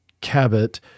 Cabot